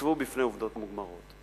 הוצבו בפני עובדות מוגמרות,